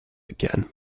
again